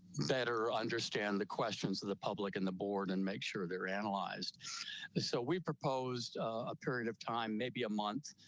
better understand the questions of the public and the board and make sure they're analyzed so we proposed a period of time, maybe a month.